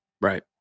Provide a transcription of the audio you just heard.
Right